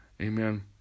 amen